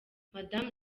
madame